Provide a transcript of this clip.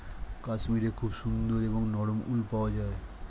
কাশ্মীরে খুবই সুন্দর এবং নরম উল পাওয়া যায়